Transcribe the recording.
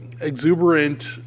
exuberant